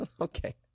Okay